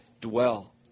dwell